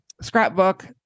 scrapbook